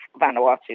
Vanuatu